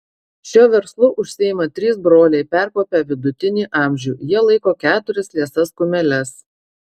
šiuo verslu užsiima trys broliai perkopę vidutinį amžių jie laiko keturias liesas kumeles